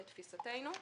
לתפיסתנו.